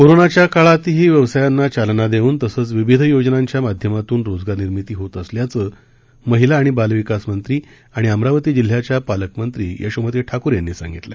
कोरोनाच्या काळातही व्यवसायांना चालना देऊन तसंच विविध योजनांच्या माध्यमातून रोजगारनिर्मिती होत असल्याचं महिला आणि बालविकास मंत्री आणि अमरावती जिल्ह्याच्या पालकमंत्री यशोमती ठाकूर यांनी सांगितलं